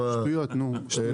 שטויות וקשקושים.